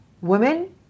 Women